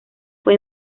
fue